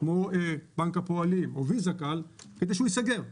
כמו בנק הפועלים או ויזה כאל, כדי שהוא ייסגר.